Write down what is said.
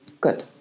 good